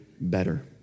better